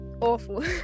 Awful